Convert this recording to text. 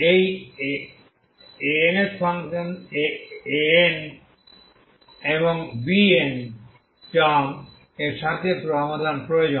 এই Anএবং Bn এর সাথে প্রয়োজন সমাধান